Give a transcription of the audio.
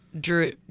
drew